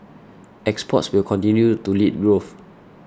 exports will continue to lead growth